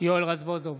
יואל רזבוזוב,